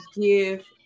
give